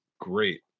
great